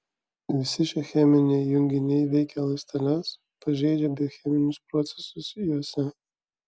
visi šie cheminiai junginiai veikia ląsteles pažeidžia biocheminius procesus juose